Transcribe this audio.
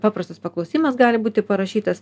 paprastas paklausimas gali būti parašytas